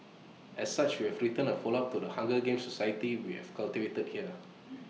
as such we have written A follow up to the hunger games society we have cultivated here